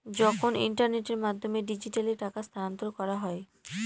যখন ইন্টারনেটের মাধ্যমে ডিজিট্যালি টাকা স্থানান্তর করা হয়